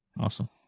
Awesome